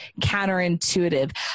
counterintuitive